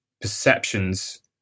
perceptions